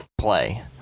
Play